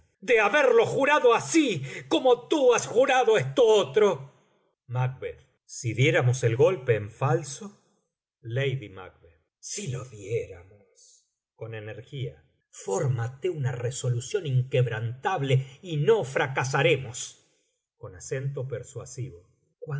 de haberlo jurado así como tú has jurado esto otro si diéramos el golpe en falso si lo diéramos con energía fórmate una resolución inquebrantable y no